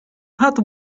rato